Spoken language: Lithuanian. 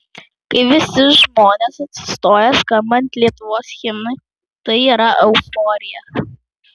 kai visi žmonės atsistoja skambant lietuvos himnui tai yra euforija